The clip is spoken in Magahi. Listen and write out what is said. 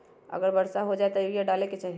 अगर वर्षा हो जाए तब यूरिया डाले के चाहि?